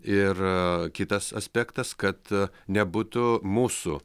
ir kitas aspektas kad nebūtų mūsų